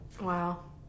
Wow